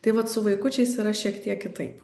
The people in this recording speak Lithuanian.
tai vat su vaikučiais yra šiek tiek kitaip